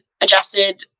adjusted